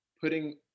putting